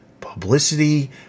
publicity